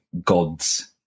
gods